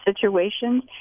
situations